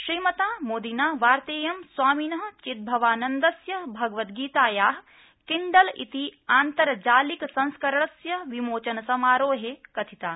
श्रीमता मोदिना वार्तेयं स्वामिन चिद्भवानन्दस्य भगवद्गीताया किंडल् इति आन्तर्जालिक संस्करणस्य विमोचन समारोहे कथिता